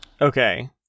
Okay